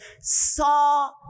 saw